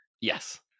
Yes